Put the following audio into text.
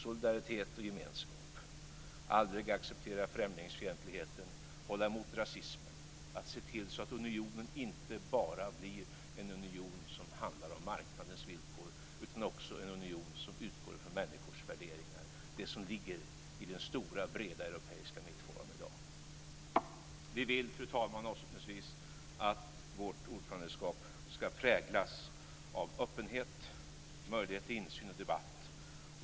Solidaritet och gemenskap, att aldrig acceptera främlingsfientligheten, att hålla emot rasismen, att se till så att unionen inte bara blir en union som handlar om marknadens villkor utan också en union som utgår från människors värderingar är det som ligger i den stora, breda europeiska mittfåran i dag. Vi vill, fru talman, avslutningsvis att vårt ordförandeskap ska präglas av öppenhet, möjlighet till insyn och debatt.